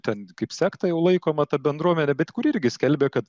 ten kaip sekta jau laikoma ta bendruomenė bet kuri irgi skelbė kad